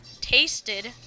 tasted